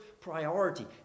priority